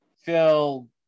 Phil